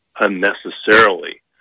unnecessarily